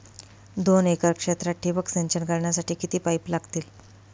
दोन एकर क्षेत्रात ठिबक सिंचन करण्यासाठी किती पाईप लागतील?